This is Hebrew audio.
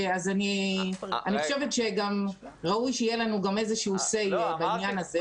אני חושבת שגם ראוי שיהיה לנו איזשהו say בעניין הזה.